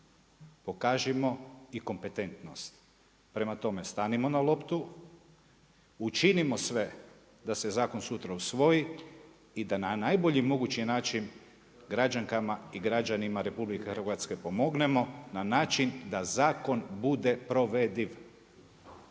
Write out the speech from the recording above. pokažimo i kompetentnost. Prema tome, stanimo na loptu, učinimo sve, da se zakon sutra usvoji i da na najbolji mogući način građankama i građanima RH pomognemo na način da zakon bude provediv.